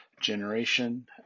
generation